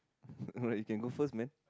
alright you can go first man